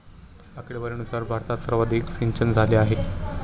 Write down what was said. आकडेवारीनुसार भारतात सर्वाधिक सिंचनझाले आहे